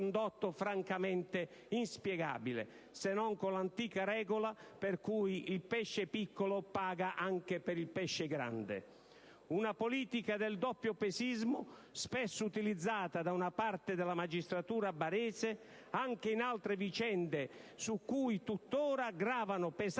francamente inspiegabile, se non con l'antica regola per cui il pesce piccolo paga anche per il pesce grande. Una politica del doppiopesismo, spesso utilizzata da una parte della magistratura barese anche in altre vicende su cui tuttora gravano pesanti